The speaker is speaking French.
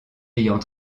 ayant